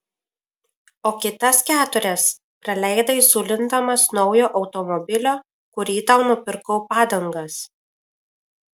o kitas keturias praleidai zulindamas naujo automobilio kurį tau nupirkau padangas